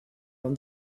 from